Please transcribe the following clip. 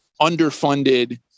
underfunded